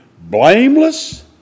blameless